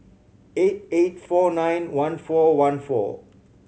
eight eight four nine one four one four